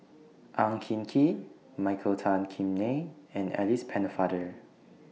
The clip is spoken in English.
Ang Hin Kee Michael Tan Kim Nei and Alice Pennefather